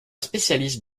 spécialiste